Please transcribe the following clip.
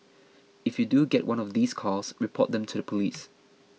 if you do get one of these calls report them to the police